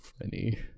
funny